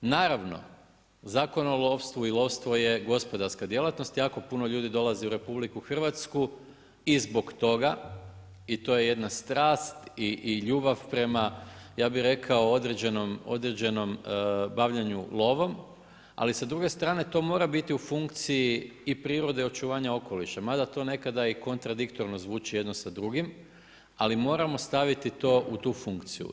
Naravno, Zakon o lovstvu i lovstvo je gospodarska djelatnost, jako puno ljudi dolazi u RH i zbog toga i to je je jedna strast i ljubav prema, ja bi rekao, određenom bavljenju lovom, ali sa druge strane to mora biti u funkciji i prirode očuvanja okoliša, mada to nekada i kontradiktorno zvuči jedno sa drugim, ali moramo staviti to u tu funkciju.